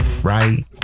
Right